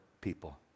people